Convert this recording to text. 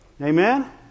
Amen